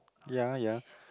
ya ya